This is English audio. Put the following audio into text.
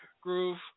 Groove